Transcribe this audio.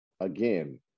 again